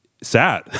sad